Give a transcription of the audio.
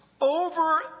over